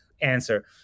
answer